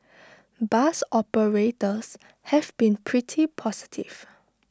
bus operators have been pretty positive